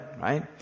right